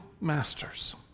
masters